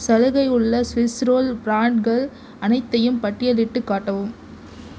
சலுகை உள்ள Swiss roll பிராண்ட்கள் அனைத்தையும் பட்டியலிட்டுக் காட்டவும்